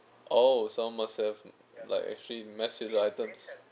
oh so must have like actually mess with the items